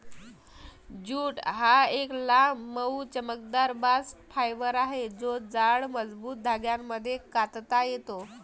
jute हा एक लांब, मऊ, चमकदार बास्ट फायबर आहे जो जाड, मजबूत धाग्यांमध्ये कातता येतो